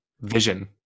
vision